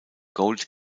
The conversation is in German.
gold